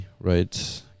right